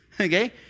Okay